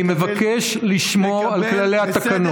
אני מבקש לשמור על כללי התקנון.